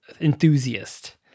enthusiast